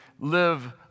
live